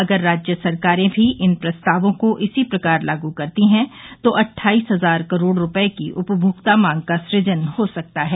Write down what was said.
अगर राज्य सरकारें भी इन प्रस्तावों को इसी प्रकार लागू करती हैं तो अट्ठाईस हजार करोड रूपये की उपभोक्ता मांग का सुजन हो सकता है